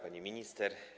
Pani Minister!